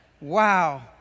Wow